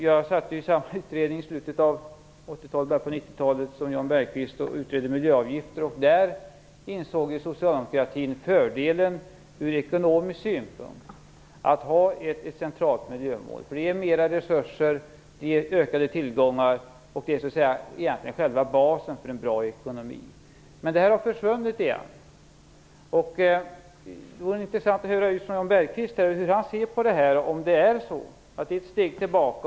Jag satt i samma utredning i slutet av 80-talet och början på 90-talet som Jan Bergqvist och utredde miljöavgifter. Då insåg Socialdemokraterna fördelen ur ekonomisk synpunkt att ha ett centralt miljömål. Det ger mer resurser och ökade tillgångar, och det är själva basen för en bra ekonomi. Men miljömålet har försvunit igen. Det vore intressant att höra hur Jan Bergqvist ser på det. Är det ett steg tillbaka?